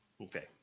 Okay